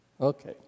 Okay